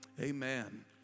Amen